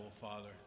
Father